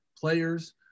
players